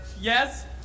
Yes